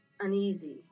uneasy